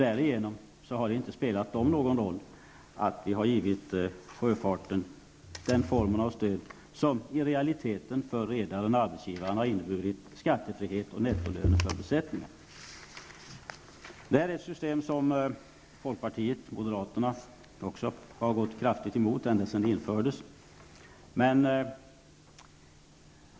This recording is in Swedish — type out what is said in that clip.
Därigenom har det inte spelat dem någon roll att vi har givit sjöfarten en form av stöd som i realiteten för redaren/arbetsgivaren har inneburit skattefrihet och nettolöner för besättningen. Det är ett system som folkpartiet och moderaterna har gått kraftigt emot ända sedan det infördes.